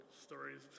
stories